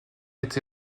été